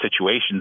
situations